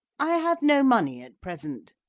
i have no money at present.